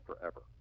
forever